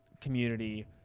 community